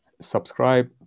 subscribe